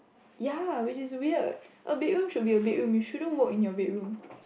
ya which is weird a bedroom should be a bedroom you shouldn't work in your bedroom